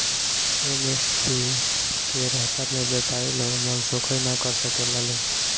MSP के रहता में व्यपारी लोग मनसोखइ ना कर सकेला लोग